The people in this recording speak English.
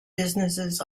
businesses